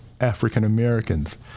African-Americans